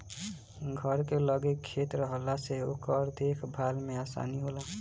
घर के लगे खेत रहला से ओकर देख भाल में आसानी होला